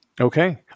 Okay